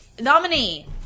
nominee